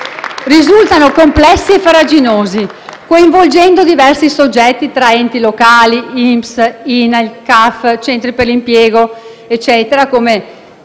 risultano complessi e farraginosi, coinvolgendo diversi soggetti tra enti locali, INPS, INAIL, CAF, centri per l'impiego e così via, come